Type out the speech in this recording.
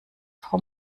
frau